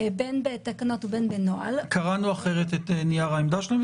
בין בתקנות ובין בנוהל --- קראנו אחרת את נייר העמדה שלהם,